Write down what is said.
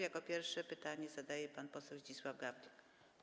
Jako pierwszy pytanie zadaje pan poseł Zdzisław Gawlik.